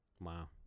wow